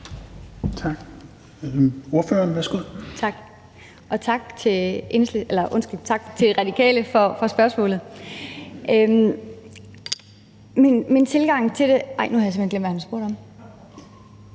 tak til Enhedslisten, undskyld, Radikale for spørgsmålet. Min tilgang til det – nej, nu har jeg simpelt hen glemt, hvad han spurgte om.